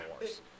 Wars